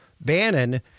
Bannon